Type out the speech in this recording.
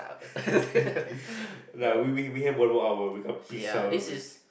like we we we have one more hour we can piss our way